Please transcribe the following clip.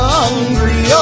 hungry